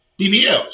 BBLs